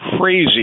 crazy